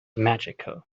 magical